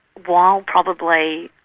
while probably